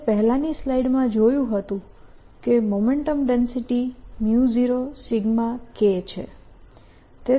આપણે પહેલાની સ્લાઈડમાં જોયું હતું કે મોમેન્ટમ ડેન્સિટી 0 K છે